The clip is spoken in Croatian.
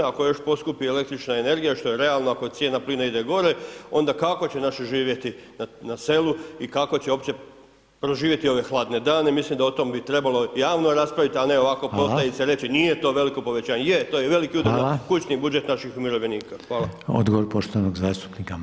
Ako još poskupi električna energija, što je realno ako cijena plina ide gore, onda kako će naši živjeti na selu i kako će uopće proživjeti ove hladne dane, mislim da o tom bi trebalo javno raspraviti, a ne ovako [[Upadica: Hvala]] potajice reći nije to veliko povećanje, je, to je veliki [[Upadica: Hvala]] udar na kućni budžet naših umirovljenika.